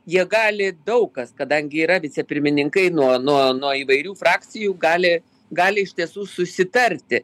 jie gali daug kas kadangi yra vicepirmininkai nuo nuo nuo įvairių frakcijų gali gali iš tiesų susitarti